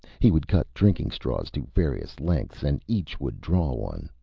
he would cut drinking straws to various lengths, and each would draw one.